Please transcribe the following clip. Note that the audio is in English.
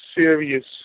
serious